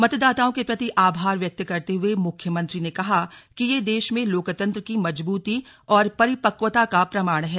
मतदाताओं के प्रति आभार व्यक्त करते हुए मुख्यमंत्री ने कहा कि यह देश में लोकतंत्र की मजबूती और परिपक्वता का प्रमाण है